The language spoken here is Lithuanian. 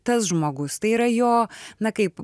tas žmogus tai yra jo na kaip